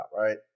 right